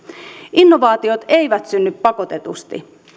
innovaatiot eivät synny pakotetusti